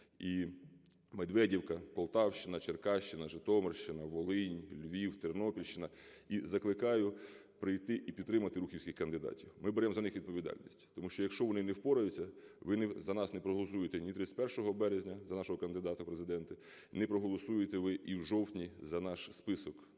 і Медведівка, Полтавщина, Черкащина, Житомирщина, Волинь, Львів, Тернопільщина. І закликаю прийти і підтримати рухівських кандидатів. Ми беремо за них відповідальність. Тому що, якщо вони не впораються, ви за нас не проголосуєте ні 31 березня, за нашого кандидата в Президент, не проголосуєте ви і в жовтні за наш список